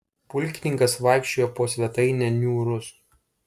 pulkininkas vaikščiojo po svetainę niūrus